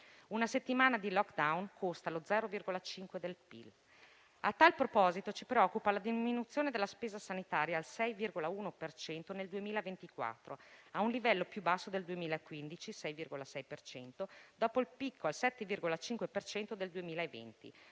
una settimana di *lockdown* costa lo 0,5 del PIL. A tal proposito, ci preoccupa la diminuzione della spesa sanitaria al 6,1 per cento nel 2024, a un livello più basso del 2015 (6,6 per cento), dopo il picco al 7,5 per cento